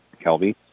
Kelby